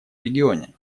регионе